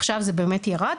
עכשיו זה באמת ירד,